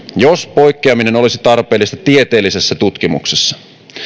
jos poikkeaminen olisi tarpeellista tieteellisessä tutkimuksessa